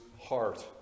heart